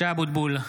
(קורא בשמות חברי הכנסת) משה אבוטבול,